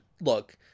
Look